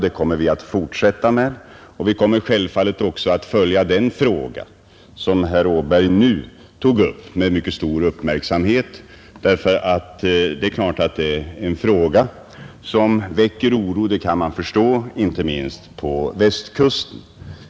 Det kommer vi att fortsätta med, och vi kommer självfallet att följa den fråga, som herr Åberg nu tog upp, med mycket stor uppmärksamhet. Det är en fråga som väcker oro — det kan man förstå — inte minst på Västkusten.